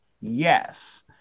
yes